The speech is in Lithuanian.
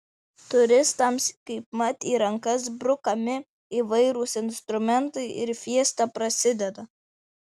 turistams kaipmat į rankas brukami įvairūs instrumentai ir fiesta prasideda